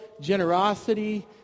generosity